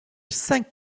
cinq